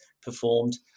performed